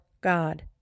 God